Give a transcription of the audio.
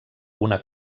una